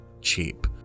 cheap